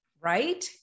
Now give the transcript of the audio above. right